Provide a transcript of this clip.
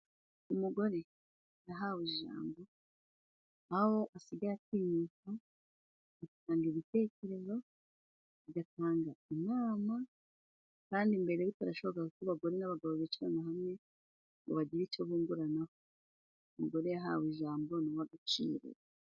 Umugore yahawe ijambo, aho asigaye atinyuka agatanga ibitekerezo, agatanga inama kandi mbere bitarashobokaga ko abagore n'abagabo bicarana hamwe ngo bagire ico bunguranaho. Umugore yahawe ijambo ni uw'agaciro.